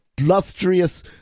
illustrious